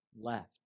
left